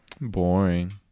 boring